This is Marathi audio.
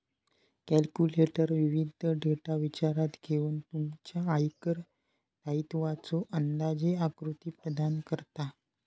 कॅल्क्युलेटर विविध डेटा विचारात घेऊन तुमच्या आयकर दायित्वाचो अंदाजे आकृती प्रदान करता